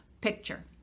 picture